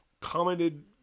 commented